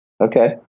Okay